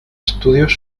estudios